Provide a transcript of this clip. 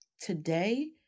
today